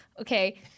okay